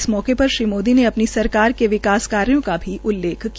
इस मौके पर श्री मोदी ने अपनी सरकार के विकास कार्यों का भी उल्लेख किया